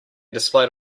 displayed